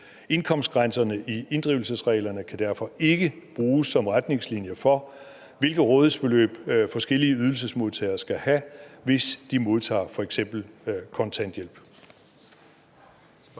Indkomstgrænserne i inddrivelsesreglerne kan derfor ikke bruges som retningslinjer for, hvilke rådighedsbeløb forskellige ydelsesmodtagere skal have, hvis de modtager f.eks. kontanthjælp.